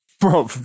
bro